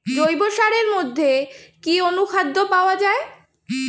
জৈব সারের মধ্যে কি অনুখাদ্য পাওয়া যায়?